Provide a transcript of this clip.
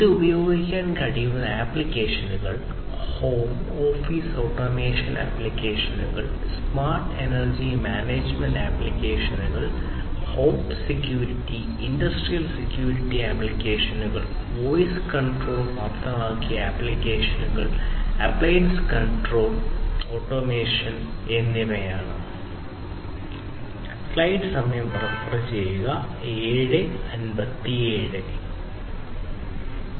ഇത് ഉപയോഗിക്കാൻ കഴിയുന്ന ആപ്ലിക്കേഷനുകൾ ഹോം ഓഫീസ് ഓട്ടോമേഷൻ ആപ്ലിക്കേഷനുകൾ സ്മാർട്ട് എനർജി മാനേജ്മെന്റ് ആപ്ലിക്കേഷനുകൾ ഹോം സെക്യൂരിറ്റി ഇൻഡസ്ട്രിയൽ സെക്യൂരിറ്റി ആപ്ലിക്കേഷനുകൾ വോയ്സ് കൺട്രോൾ പ്രാപ്തമാക്കിയ ആപ്ലിക്കേഷനുകൾ അപ്ലയൻസ് ഓട്ടോമേഷൻ കൺട്രോൾ എന്നിവയാണ്